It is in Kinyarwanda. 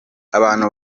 abantu